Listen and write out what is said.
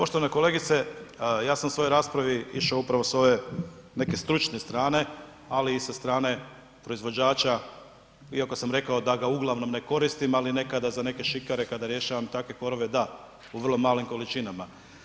Poštovana kolegice ja sam u svojoj raspravi išao upravo s ove neke stručne strane, ali i sa strane proizvođača iako sam rekao da ga uglavnom ne koristim, ali nekada za neke šikare kada rješavam takve korove da, u vrlo malim količinama.